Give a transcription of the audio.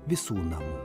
visų namų